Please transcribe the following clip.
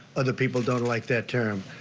other people don't like that term.